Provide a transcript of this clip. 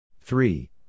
Three